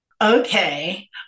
Okay